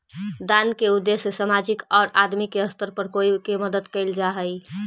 दान के उद्देश्य सामाजिक औउर आदमी के स्तर पर कोई के मदद कईल जा हई